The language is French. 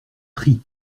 pris